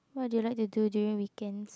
what they like to do during weekends